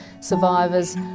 survivors